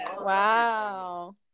Wow